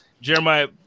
Jeremiah